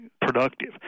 productive